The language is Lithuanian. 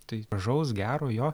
tai gražaus gero jo